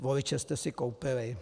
Voliče jste si koupili.